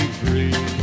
free